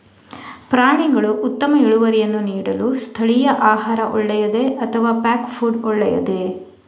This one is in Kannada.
ಪ್ರಾಣಿಗಳು ಉತ್ತಮ ಇಳುವರಿಯನ್ನು ನೀಡಲು ಸ್ಥಳೀಯ ಆಹಾರ ಒಳ್ಳೆಯದೇ ಅಥವಾ ಪ್ಯಾಕ್ ಫುಡ್ ಒಳ್ಳೆಯದೇ?